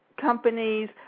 companies